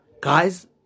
guys